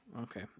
okay